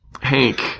Hank